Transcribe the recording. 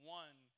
one